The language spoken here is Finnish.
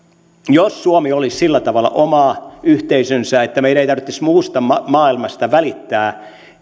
jos suomi olisi sillä tavalla oma yhteisönsä että meidän ei tarvitsisi muusta maailmasta välittää